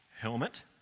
helmet